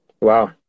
wow